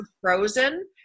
frozen